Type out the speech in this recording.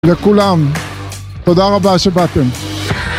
לכולם, תודה רבה שבאתם.